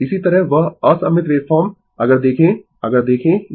इसी तरह वह असममित वेव फॉर्म अगर देखें अगर देखें यह